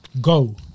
go